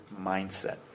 mindset